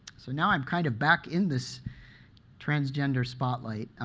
so now i'm kind of back in this transgender spotlight.